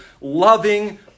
loving